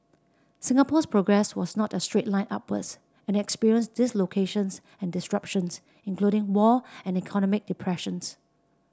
Singapore's progress was not a straight line upwards and it experienced dislocations and disruptions including war and economic depressions